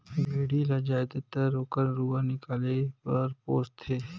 भेड़ी ल जायदतर ओकर रूआ निकाले बर पोस थें